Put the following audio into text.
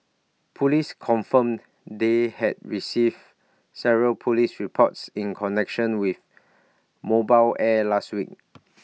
Police confirmed they had received several Police reports in connection with mobile air last week